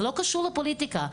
זה לא קשור לפוליטיקה,